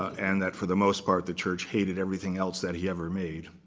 and that, for the most part, the church hated everything else that he ever made,